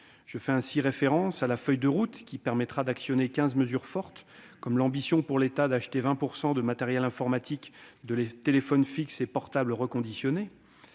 Je fais référence à la feuille de route qui permettra d'actionner quinze mesures fortes, comme l'ambition pour l'État d'acheter 20 % de matériel informatique, de téléphones fixes et portables reconditionnés.